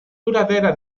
duradera